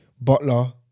Butler